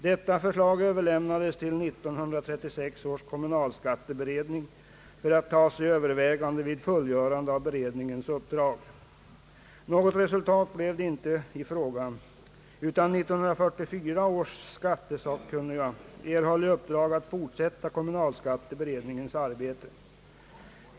Det överlämnades till 1936 års kommunalskatteberedning för att tas i övervägande vid fullgörande av beredningens uppdrag. Något resultat blev det inte i frågan, utan 1944 års skattesakkunniga erhöll i uppdrag att fortsätta kommunalskatteberedningens arbete.